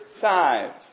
five